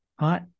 right